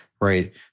right